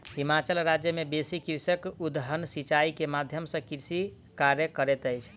हिमाचल राज्य मे बेसी कृषक उद्वहन सिचाई के माध्यम सॅ कृषि कार्य करैत अछि